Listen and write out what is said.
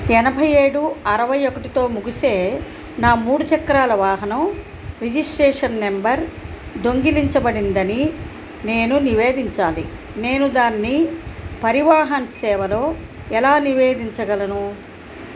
ఎనభై ఏడు అరవై ఒకటితో ముగిసే నా మూడు చక్రాల వాహనం రిజిస్ట్రేషన్ నెంబర్ దొంగిలించబడిందని నేను నివేదించాలి నేను దాన్ని పరివాహన్ సేవలో ఎలా నివేదించగలను